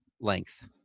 length